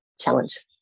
challenge